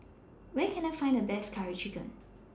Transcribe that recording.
Where Can I Find The Best Curry Chicken